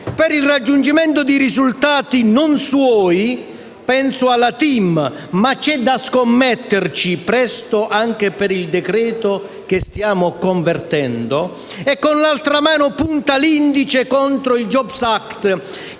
per il raggiungimento di risultati non suoi (penso alla TIM, ma, c'è da scommetterci, presto anche per il decreto-legge che stiamo convertendo) e con l'altra mano punta l'indice contro il *jobs act*, che